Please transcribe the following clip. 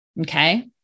okay